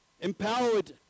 empowered